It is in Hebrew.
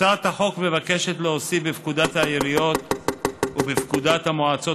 הצעת החוק מבקשת להוסיף בפקודת העיריות ובפקודת המועצות